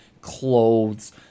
clothes